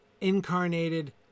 Incarnated